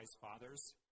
fathers